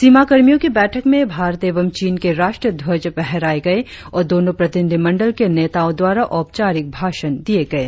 सीमा कर्मियों की बैठक में भारत एवं चीन के राष्ट्रीय ध्वज फहराए गए और दोनों प्रतिनिधिमंडल के नेताओं द्वारा औपचारिक भाषण दिये गये